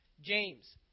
James